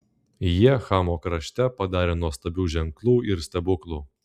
jie chamo krašte padarė nuostabių ženklų ir stebuklų